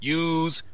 use